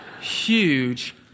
huge